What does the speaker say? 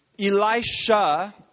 Elisha